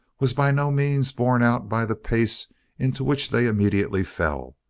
was by no means borne out by the pace into which they immediately fell,